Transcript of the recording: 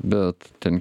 bet ten